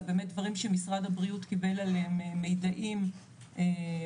באמת דברים שמשרד הבריאות קיבל עליהם מיידעים מהעולם,